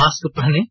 mask पहनें